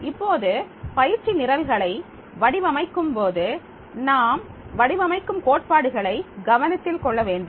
இப்போது பயிர்ச்சி நிரல்களை வடிவமைக்கும்போது நாம் வடிவமைக்கும் கோட்பாடுகளை கவனத்தில் கொள்ள வேண்டும்